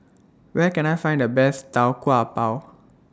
Where Can I Find The Best Tau Kwa Pau